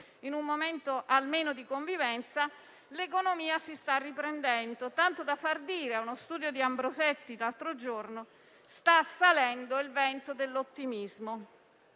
ad una fase almeno di convivenza e l'economia si sta riprendendo, tanto da far dire ad uno studio di Ambrosetti l'altro giorno che sta salendo il vento dell'ottimismo.